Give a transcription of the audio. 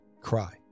cry